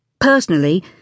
Personally